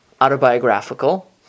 autobiographical